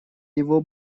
его